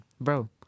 bro